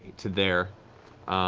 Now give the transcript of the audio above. to there.